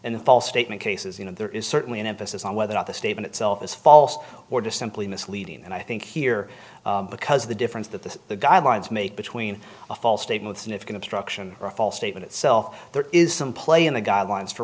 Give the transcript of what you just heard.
a false statement cases you know there is certainly an emphasis on whether or not the statement itself is false or just simply misleading and i think here because of the difference that this the guidelines make between a false statement and it's going to struction or a false statement itself there is some play in the guidelines for